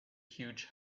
huge